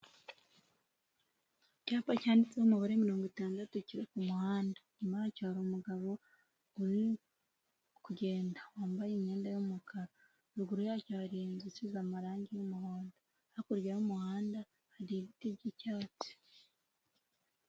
Icyapa cyanditseho umubare mirongo itandatu kiri ku muhanda. Inyuma yacyo hari umugabo uri kugenda wambaye imyenda y'umukara. Ruguru yacyo hari inzu isize amarangi y'umuhondo. Hakurya y'umuhanda hari ibiti by'icyatsi.